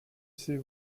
ces